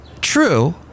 true